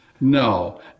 no